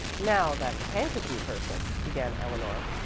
now that kankakee person began eleanor.